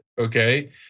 Okay